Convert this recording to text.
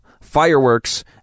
fireworks